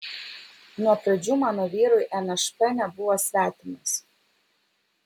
nuo pradžių mano vyrui nšp nebuvo svetimas